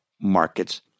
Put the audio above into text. markets